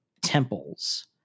temples